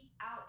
out